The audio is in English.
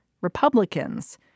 Republicans